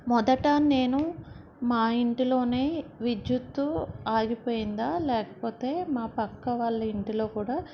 మొదట నేను మా ఇంట్లో విద్యుత్తు ఆగిపోయిందా లేకపోతే మా పక్క వాళ్ళ ఇంట్లో కూడా